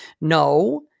No